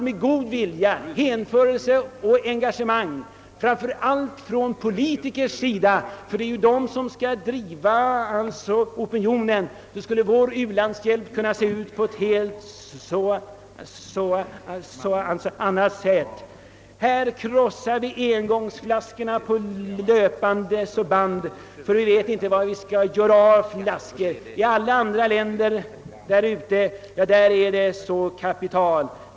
Med god vilja, hänförelse och engagemang framför allt från politikernas sida, ty det är de som skall driva fram opinionen, skulle vår u-landshjälp kunna se ut på ett helt annat sätt. Här krossar vi engångsflaskorna på löpande band, ty vi vet inte var vi skall göra av dem. I andra länder är detta kapital.